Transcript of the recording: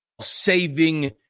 saving